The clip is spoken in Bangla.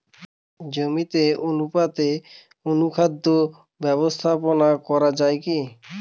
জমিতে অনুপাতে অনুখাদ্য ব্যবস্থাপনা করা য়ায় কি?